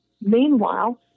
Meanwhile